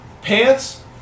pants